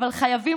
אבל חייבים,